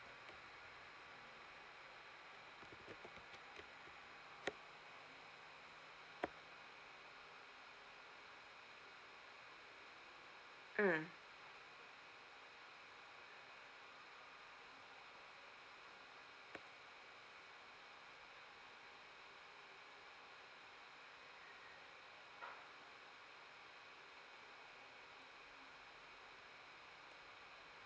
mm